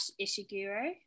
Ishiguro